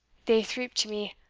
they threep to me,